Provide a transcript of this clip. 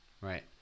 right